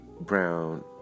Brown